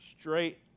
straight